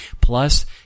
Plus